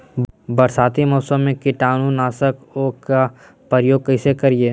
बरसाती मौसम में कीटाणु नाशक ओं का प्रयोग कैसे करिये?